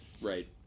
Right